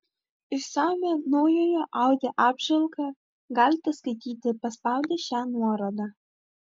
išsamią naujojo audi apžvalgą galite skaityti paspaudę šią nuorodą